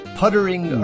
puttering